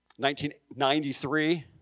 1993